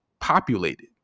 populated